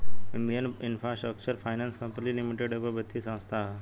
Indian infrastructure finance company limited एगो वित्तीय संस्था ह